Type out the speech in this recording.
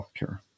healthcare